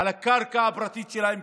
על הקרקע הפרטית שלהם,